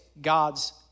God's